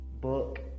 book